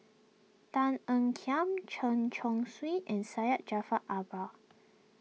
Tan Ean Kiam Chen Chong Swee and Syed Jaafar Albar